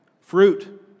Fruit